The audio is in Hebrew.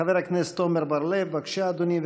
חבר הכנסת עמר בר לב, בבקשה, אדוני.